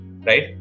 right